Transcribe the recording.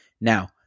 Now